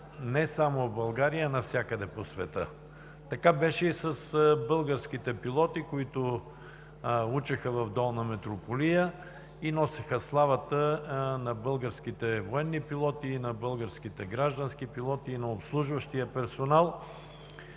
не само в България, а навсякъде по света. Така беше и с българските пилоти, които учеха в Долна Митрополия и носеха славата на българските военни пилоти, на българските граждански пилоти и на обслужващия персонал.